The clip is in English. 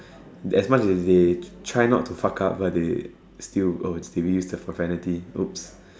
as much as they try not to fuck up but they still oh did we use the profanity !oops!